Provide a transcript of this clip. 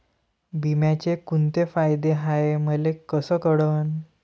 बिम्याचे कुंते फायदे हाय मले कस कळन?